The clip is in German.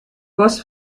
goss